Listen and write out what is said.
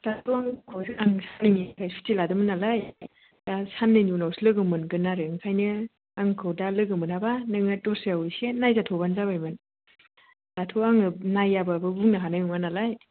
दाथ' आं सुथि लादोंमोन नालाय दा साननैनि उनावसो लोगोमोनगोन आरो ओंखायनो आंखौ दा लोगोमोनाब्ला नोङो दस्रायाव एसे नायजाथ'बानो जाबायमोन दाथ' आङो नायाबाबो बुंनो हानाय नङा नालाय